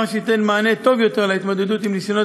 שייתן מענה טוב יותר להתמודדות עם ניסיונות